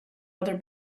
other